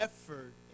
effort